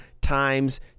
times